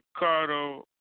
cardo